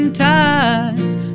tides